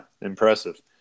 impressive